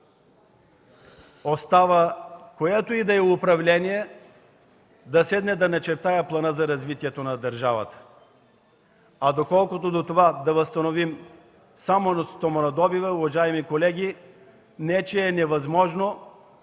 остава, което и да е управление, да седне и да начертае плана за развитието на държавата. Доколкото да възстановим само стоманодобива, уважаеми колеги, не че е невъзможно, ако има